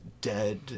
dead